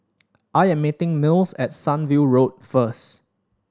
I am meeting Mills at Sunview Road first